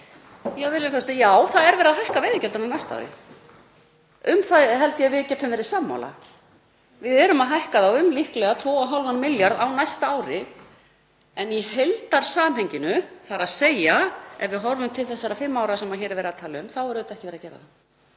Já, það er verið að hækka veiðigjöldin á næsta ári. Um það held ég að við getum verið sammála. Við erum að hækka þau um líklega 2,5 milljarða á næsta ári en í heildarsamhenginu, þ.e. ef við horfum til þessara fimm ára sem hér er verið að tala um, þá er ekki verið að gera það.